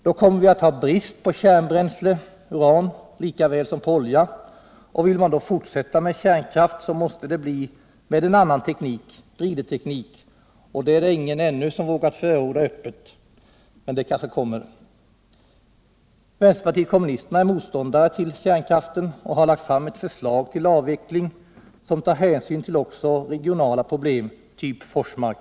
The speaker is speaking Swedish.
Då kommer vi nämligen att ha brist på kärnbränsle, uran, liksom på olja. Vill man då fortsätta med kärnkraft, så måste det bli med en annan teknik, brideteknik, och det vågar ingen ännu förorda öppet, men det kanske kommer. Vänsterpartiet kommunisterna är motståndare till kärnkraften och har lagt fram ett förslag till avveckling som tar hänsyn till också regionala problem liknande dem som föreligger i Forsmark.